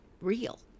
real